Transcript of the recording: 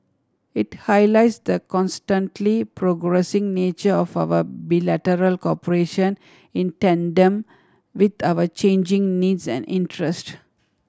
it highlights the constantly progressing nature of our bilateral cooperation in tandem with our changing needs and interest